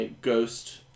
ghost